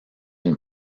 une